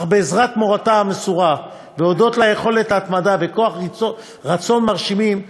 אך בעזרת מורתה המסורה והודות ליכולת התמדה וכוח רצון מרשימים,